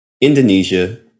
Indonesia